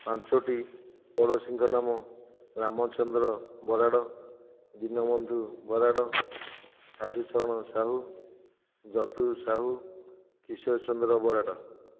ପାଞ୍ଚୋଟି ପଡ଼ୋଶୀଙ୍କ ନାମ ରାମଚନ୍ଦ୍ର ବରାଡ଼ ଦୀନବନ୍ଧୁ ବରାଡ଼ ସାଧୁଚରଣ ସାହୁ ଯଦୁ ସାହୁ କିଶୋରଚନ୍ଦ୍ର ବରାଡ଼